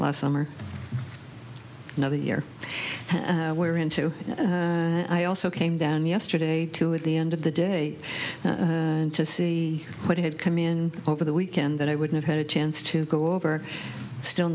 last summer another year we're into and i also came down yesterday to at the end of the day to see what had come in over the weekend that i would have had a chance to go over still